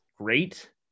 great